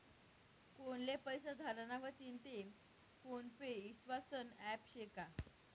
कोनले पैसा धाडना व्हतीन ते फोन पे ईस्वासनं ॲप शे का?